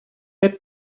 had